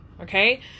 Okay